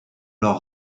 leurs